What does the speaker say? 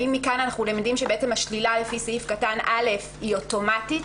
האם מכאן אנחנו למדים שבעצם השלילה לפי סעיף קטן (א) היא אוטומטית,